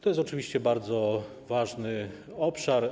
To jest oczywiście bardzo ważny obszar.